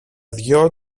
δυο